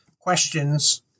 questions